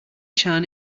chan